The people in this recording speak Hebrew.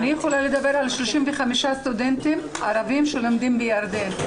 אני יכולה לדבר על 35 סטודנטים ערבים ישראלים שלומדים בירדן.